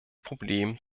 problem